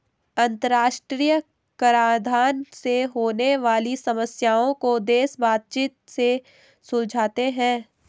अंतरराष्ट्रीय कराधान से होने वाली समस्याओं को देश बातचीत से सुलझाते हैं